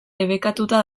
debekatuta